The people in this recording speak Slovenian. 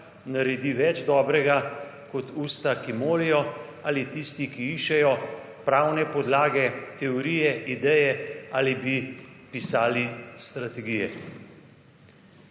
naredi več dobrega, kot usta, ki molijo ali tisti, ki iščejo pravne podlage, teorije, ideje ali bi pisali strategije.